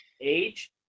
age